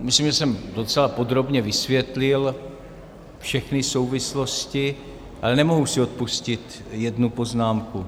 Myslím, že jsem docela podrobně vysvětlil všechny souvislosti, ale nemohu si odpustit jednu poznámku.